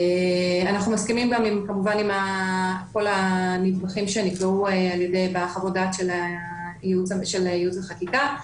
אנחנו כמובן מסכימים עם כל הנדבכים שהובאו בחוות הדעת של ייעוץ וחקיקה.